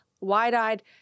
wide-eyed